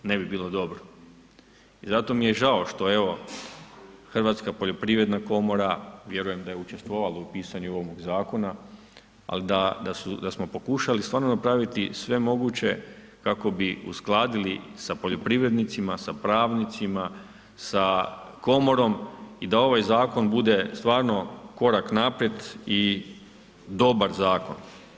Ne bi bilo dobro i zato mi je žao što evo, Hrvatska poljoprivredna komora vjerujem da je učestvovala u pisanju ovog zakona ali da smo pokušali stvarno napraviti sve moguće kako bi uskladili sa poljoprivrednicima, sa pravnicima, sa komorom i da ovaj zakon bude stvarno korak naprijed i dobar zakon.